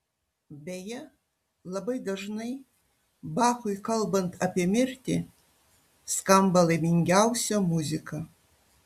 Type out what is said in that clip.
beje labai dažnai bachui kalbant apie mirtį skamba laimingiausia muzika